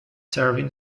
serving